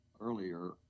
earlier